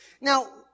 Now